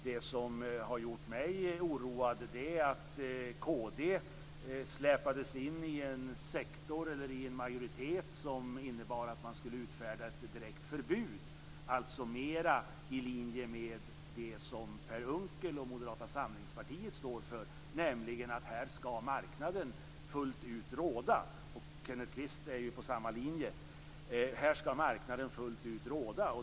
Det som har gjort mig oroad är att kd släpades in i en majoritet som innebar att man skulle utfärda ett direkt förbud, alltså mer i linje med det som Per Unckel och Moderata samlingspartiet står för, nämligen att här skall marknaden fullt ut råda. Kenneth Kvist är ju inne på samma linje.